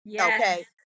okay